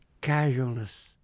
casualness